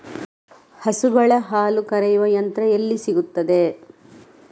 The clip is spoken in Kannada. ಹಸುಗಳ ಹಾಲು ಕರೆಯುವ ಯಂತ್ರ ಎಲ್ಲಿ ಸಿಗುತ್ತದೆ?